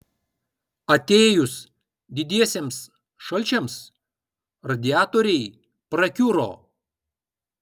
atėjus didiesiems šalčiams radiatoriai prakiuro